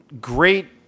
great